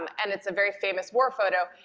um and it's a very famous war photo,